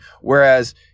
Whereas